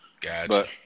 Gotcha